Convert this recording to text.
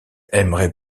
aimerait